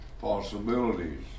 possibilities